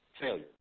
failure